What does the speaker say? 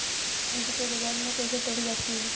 बीज को बाजार में कैसे तौली जाती है?